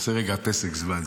נעשה רגע פסק זמן,